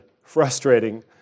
frustrating